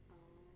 oh